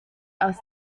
aus